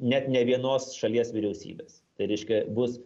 net ne vienos šalies vyriausybės tai reiškia bus